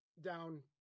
down